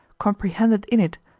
comprehended in it,